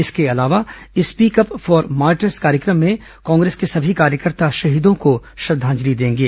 इसके अलावा speak up for martyrs कार्यक्रम में कांग्रेस के सभी कार्यकर्ता शहीदों को श्रद्धांजलि देंगे